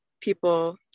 people